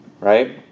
Right